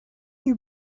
you